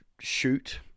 shoot